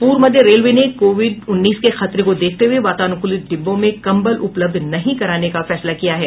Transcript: पूर्व मध्य रेलवे ने कोविड उन्नीस के खतरे को देखते हुए वातानुकुलित डिब्बों में कम्बल उपलब्ध नहीं कराने का फैसला किया है